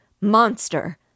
Monster